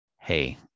hey